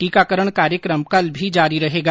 टीकाकरण कार्यक्रम कल भी जारी रहेगा